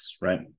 right